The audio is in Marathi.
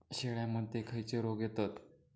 शेळ्यामध्ये खैचे रोग येतत?